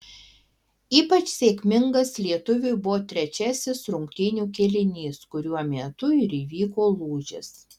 ypač sėkmingas lietuviui buvo trečiasis rungtynių kėlinys kuriuo metu ir įvyko lūžis